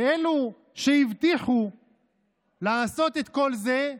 ואלו שהבטיחו לעשות את כל זה,